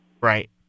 Right